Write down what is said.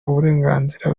uburenganzira